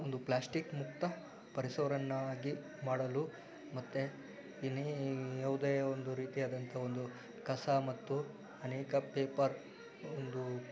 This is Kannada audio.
ಒಂದು ಪ್ಲಾಸ್ಟಿಕ್ ಮುಕ್ತ ಪರಿಸರವನ್ನಾಗಿ ಮಾಡಲು ಮತ್ತೆ ದಿನೇ ಯಾವುದೇ ಒಂದು ರೀತಿಯಾದಂಥ ಒಂದು ಕಸ ಮತ್ತು ಅನೇಕ ಪೇಪರ್ ಒಂದು